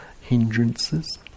hindrances